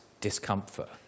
discomfort